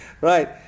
Right